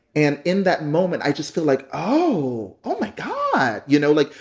and in that moment, i just feel like, oh, oh, my god. you know, like,